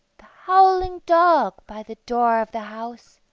the howling dog by the door of the house,